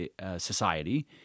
society